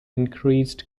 increased